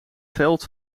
veld